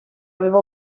aveva